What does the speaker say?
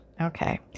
Okay